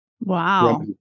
Wow